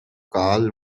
karl